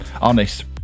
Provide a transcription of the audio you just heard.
honest